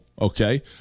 okay